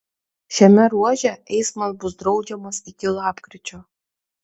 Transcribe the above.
šiame ruože eismas bus draudžiamas iki lapkričio